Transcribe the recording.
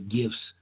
gifts